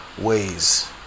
ways